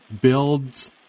Builds